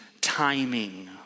timing